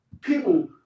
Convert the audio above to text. people